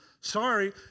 Sorry